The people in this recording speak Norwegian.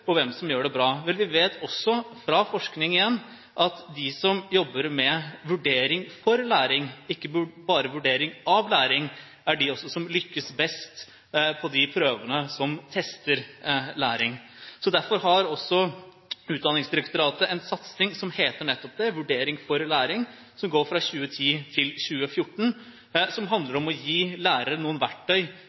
hvem som gjør det bra. Vel, vi vet også, fra forskning igjen, at de som jobber med vurdering for læring, ikke bare vurdering av læring, er også de som lykkes best på de prøvene som tester læring. Derfor har Utdanningsdirektoratet en satsing som heter nettopp det, Vurdering for læring, som går fra 2010 til 2014, og som handler om å gi lærere noen verktøy